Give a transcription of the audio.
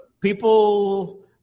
People